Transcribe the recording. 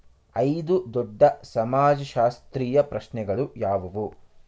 ಐದು ದೊಡ್ಡ ಸಮಾಜಶಾಸ್ತ್ರೀಯ ಪ್ರಶ್ನೆಗಳು ಯಾವುವು?